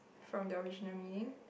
from the original meaning